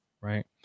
Right